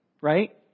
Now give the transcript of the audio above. right